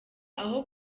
aho